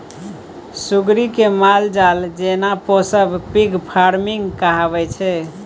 सुग्गरि केँ मालजाल जेना पोसब पिग फार्मिंग कहाबै छै